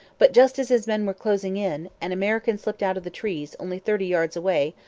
but, just as his men were closing in, an american stepped out of the trees, only thirty yards away,